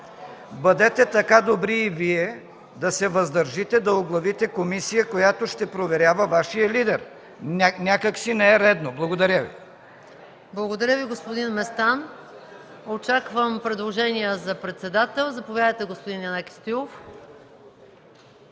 Бъдете така добри и Вие да се въздържите да оглавите комисия, която ще проверява Вашия лидер. Някак си не е редно. Благодаря. ПРЕДСЕДАТЕЛ МАЯ МАНОЛОВА: Благодаря Ви, господин Местан. Очаквам предложения за председател. Заповядайте, господин Янаки Стоилов.